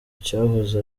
cyahoze